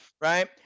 right